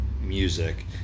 music